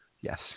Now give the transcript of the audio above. Yes